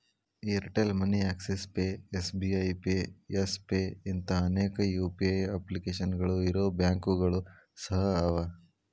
Airtel money Axis pay SBI pay Yes pay ಇಂಥಾ ಅನೇಕ UPI ಅಪ್ಲಿಕೇಶನ್ಗಳು ಇರೊ ಬ್ಯಾಂಕುಗಳು ಸಹ ಅವ